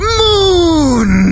moon